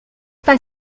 pas